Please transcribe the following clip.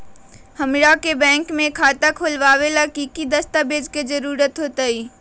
हमरा के बैंक में खाता खोलबाबे ला की की दस्तावेज के जरूरत होतई?